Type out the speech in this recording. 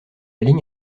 ligne